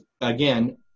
again